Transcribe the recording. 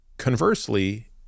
Conversely